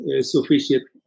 sufficient